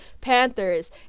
panthers